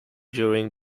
during